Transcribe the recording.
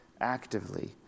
actively